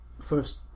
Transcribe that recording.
first